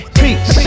peace